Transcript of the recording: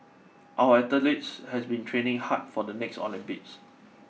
our athletes have been training hard for the next Olympics